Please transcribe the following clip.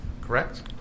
correct